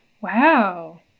Wow